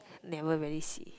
never really see